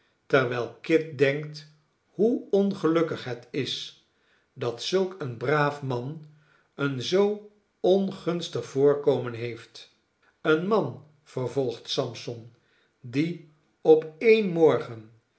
terwijl kit denkt hoe ongelukkig het is dat zulk een braaf man een zoo ongunstig voorkomen heeft een man vervolgt sampson die op een morgen